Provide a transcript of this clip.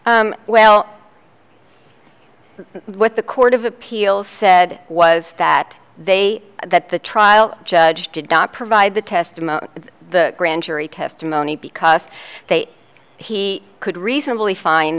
well what the court of appeal said was that they that the trial judge did not provide the testimony of the grand jury testimony because they he could reasonably find